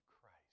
Christ